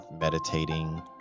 meditating